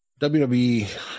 WWE